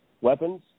weapons